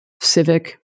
civic